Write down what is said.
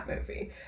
movie